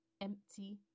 empty